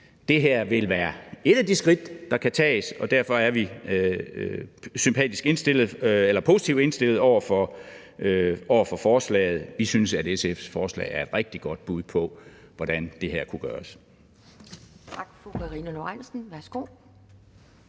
det her vil være et af de skridt, der kan tages, og derfor er vi positivt indstillet over for forslaget. Vi synes, at SF's forslag er et rigtig godt bud på, hvordan det her kunne gøres.